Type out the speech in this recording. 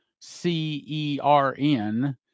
C-E-R-N